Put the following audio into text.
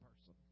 person